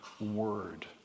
word